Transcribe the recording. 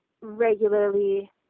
regularly